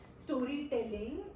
Storytelling